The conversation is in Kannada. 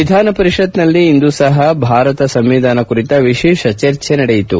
ವಿಧಾನ ಪರಿಷತ್ನಲ್ಲಿ ಇಂದೂ ಸಹಾ ಭಾರತ ಸಂವಿಧಾನ ಕುರಿತ ವಿಶೇಷ ಚರ್ಚೆ ನಡೆಯಿತು